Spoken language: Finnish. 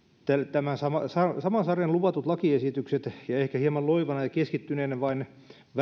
tämän saman saman sarjan luvatut lakiesitykset ja ehkä hieman loivana ja keskittyneenä vain